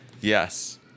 Yes